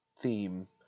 theme